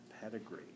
pedigree